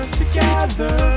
together